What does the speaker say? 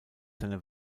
seiner